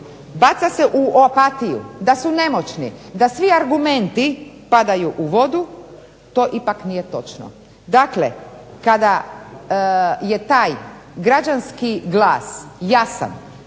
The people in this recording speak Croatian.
baca se u opatiju, da su nemoćni, da svi argumenti padaju u vodu to ipak nije točno. Dakle, kada je taj građanski glas jasan,